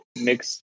mixed